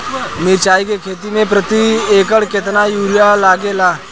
मिरचाई के खेती मे प्रति एकड़ केतना यूरिया लागे ला?